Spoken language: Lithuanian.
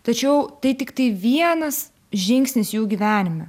tačiau tai tiktai vienas žingsnis jų gyvenime